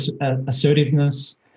assertiveness